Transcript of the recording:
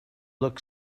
look